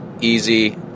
easy